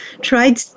tried